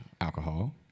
Alcohol